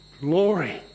glory